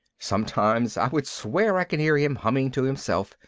sometimes i would swear i can hear him humming to himself.